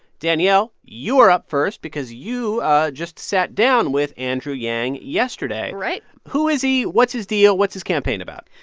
danielle, you're up first because you just sat down with andrew yang yesterday right who is he? what's his deal? what's his campaign about?